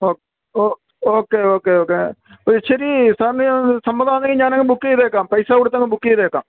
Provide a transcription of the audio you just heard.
ഓ ഓ okay okay okay ഒരു ഇച്ചിരി സാറിന് സമ്മതമാണെങ്കിൽ ഞാനങ്ങ് ബുക്ക് ചെയ്തേക്കാം പൈസ കൊടുത്തങ്ങ് ബുക്ക് ചെയ്തേക്കാം